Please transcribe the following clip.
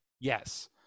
Yes